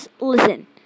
Listen